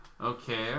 Okay